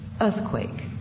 earthquake